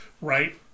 right